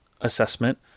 assessment